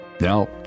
Now